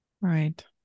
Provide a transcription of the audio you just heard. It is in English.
Right